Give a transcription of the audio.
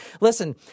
Listen